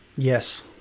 Yes